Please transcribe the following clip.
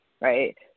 right